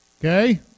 Okay